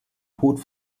tot